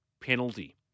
penalty